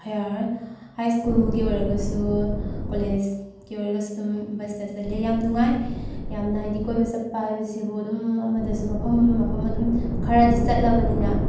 ꯍꯥꯏ ꯁ꯭ꯀꯨꯜꯒꯤ ꯑꯣꯏꯔꯒꯁꯨ ꯀꯣꯂꯦꯖꯀꯤ ꯑꯣꯏꯔꯒꯁꯨ ꯑꯗꯨꯝ ꯕꯁꯇ ꯆꯠꯂꯦ ꯌꯥꯝ ꯅꯨꯡꯉꯥꯏ ꯌꯥꯝꯅ ꯍꯥꯏꯗꯤ ꯀꯣꯏꯕ ꯆꯠꯄ ꯍꯥꯏꯕꯁꯤꯕꯨ ꯑꯗꯨꯝ ꯑꯃꯗꯁꯨ ꯃꯐꯝ ꯃꯐꯝ ꯑꯗꯨꯝ ꯈꯔꯗꯤ ꯆꯠꯂꯕꯅꯤꯅ